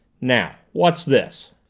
now what's this?